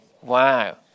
Wow